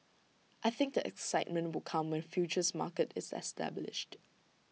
I think the excitement will come when futures market is established